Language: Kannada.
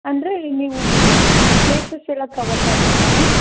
ಅಂದರೆ ನೀವು ಪ್ಲೇಸೆಸ್ ಎಲ್ಲ ಕವರ್ ಮಾಡಬೇಕಾ ಮ್ಯಾಮ್